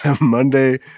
Monday